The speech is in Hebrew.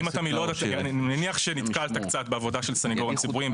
אם אתה מלוד אני מניח שנתקלת קצת בעבודה של הסנגוריה הציבורית,